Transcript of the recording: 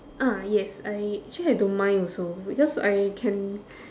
ah yes I actually I don't mind also because I can